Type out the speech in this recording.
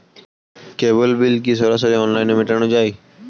কেবল bill কি সরাসরি অনলাইনে মেটানো য়ায়?